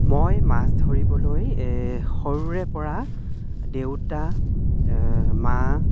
মই মাছ ধৰিবলৈ সৰুৰে পৰা দেউতা মা